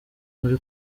muri